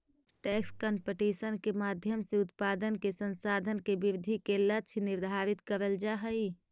tax competition के माध्यम से उत्पादन के संसाधन के वृद्धि के लक्ष्य निर्धारित करल जा हई